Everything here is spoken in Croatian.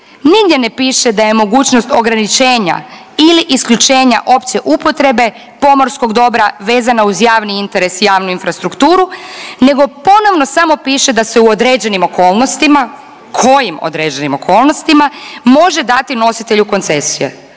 nigdje ne piše da je mogućnost ograničenja ili isključenja opće upotrebe pomorskog dobra vezana uz javni interes, javnu infrastrukturu nego ponovno samo piše da se u određenim okolnostima, kojim određenim okolnostima, može dati nositelju koncesije